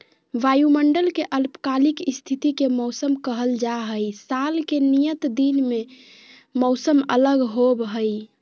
वायुमंडल के अल्पकालिक स्थिति के मौसम कहल जा हई, साल के नियत दिन के मौसम अलग होव हई